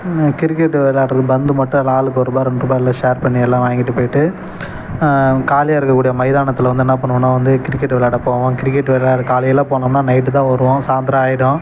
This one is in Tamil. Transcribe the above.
கிரிக்கெட் விளாடுறதுக்கு பந்து மட்டும் எல்லாம் ஆளுக்கு ஒருரூபா ரெண்டுருபா எல்லாம் ஷேர் பண்ணி எல்லாம் வாங்கிட்டு போயிட்டு காலியாக இருக்கக்கூடிய மைதானத்தில் வந்து என்ன பண்ணுவோன்னால் வந்து கிரிக்கெட் விளாட போவோம் கிரிக்கெட் விளாட காலையில் போனோம்னால் நைட்டு தான் வருவோம் சாந்தரம் ஆகிடும்